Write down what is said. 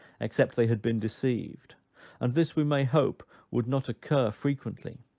except they had been deceived and this we may hope would not occur frequently.